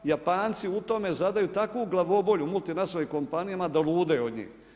Japanci u tome zadaju taku glavobolju multinacionalnim kompanijama da lude od njih.